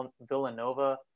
Villanova